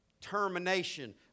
Termination